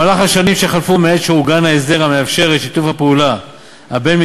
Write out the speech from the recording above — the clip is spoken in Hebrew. במהלך השנים שחלפו מעת שעוגן ההסדר המאפשר את שיתוף הפעולה הבין-מדינתי